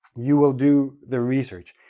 you will do the research.